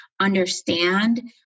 understand